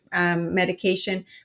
medication